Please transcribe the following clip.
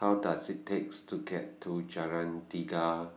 How Does IT takes to get to Jalan Tiga